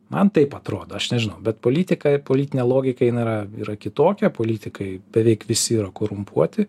man taip atrodo aš nežinau bet politika politinė logika jin yra yra kitokia politikai beveik visi yra korumpuoti